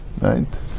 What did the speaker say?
right